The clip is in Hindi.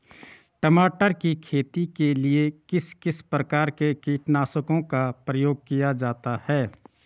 टमाटर की खेती के लिए किस किस प्रकार के कीटनाशकों का प्रयोग किया जाता है?